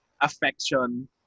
affection